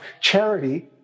charity